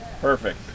Perfect